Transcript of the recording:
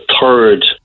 third